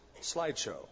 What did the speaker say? slideshow